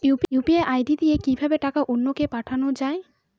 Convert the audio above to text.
UPI ID দিয়ে কিভাবে টাকা অন্য কে পাঠানো যায়?